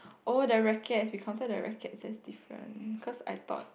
oh the rackets we counted the rackets as different cause I thought